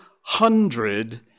hundred